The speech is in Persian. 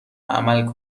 عمل